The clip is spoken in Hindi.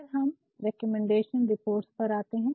फिर हम रिकमेन्डेशन रिपोर्ट्स पर आते है